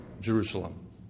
Jerusalem